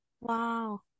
Wow